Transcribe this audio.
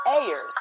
Ayers